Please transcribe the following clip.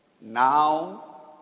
Now